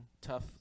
tough